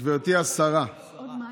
גברתי השרה, רגע,